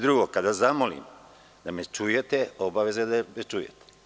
Drugo, kada zamolim da me čujete, obaveza je da me čujete.